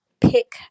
pick